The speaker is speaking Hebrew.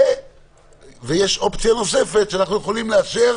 ויש אופציה נוספת, שאנחנו יכולים לאשר